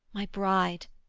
my bride,